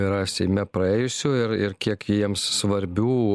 yra seime praėjusių ir ir kiek jiems svarbių